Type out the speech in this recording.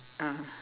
ah